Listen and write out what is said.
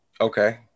Okay